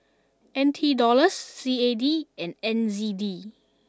N T Dollars C A D and N Z D